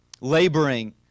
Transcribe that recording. laboring